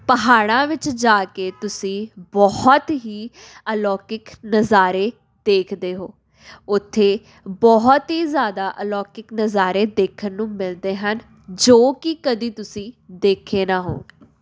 ਪਹਾੜਾਂ ਵਿੱਚ ਜਾ ਕੇ ਤੁਸੀਂ ਬਹੁਤ ਹੀ ਅਲੌਕਿਕ ਨਜ਼ਾਰੇ ਦੇਖਦੇ ਹੋ ਉੱਥੇ ਬਹੁਤ ਹੀ ਜ਼ਿਆਦਾ ਅਲੌਕਿਕ ਨਜ਼ਾਰੇ ਦੇਖਣ ਨੂੰ ਮਿਲਦੇ ਹਨ ਜੋ ਕਿ ਕਦੇ ਤੁਸੀਂ ਦੇਖੇ ਨਾ ਹੋਣ